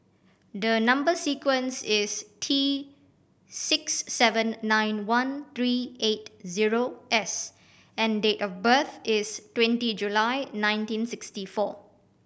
the number sequence is T six seven nine one three eight zero S and date of birth is twenty July nineteen sixty four